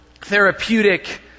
therapeutic